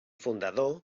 fundador